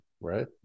right